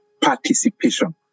participation